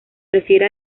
refiere